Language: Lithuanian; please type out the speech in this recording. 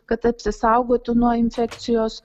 kad apsisaugotų nuo infekcijos